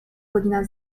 godzina